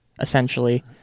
essentially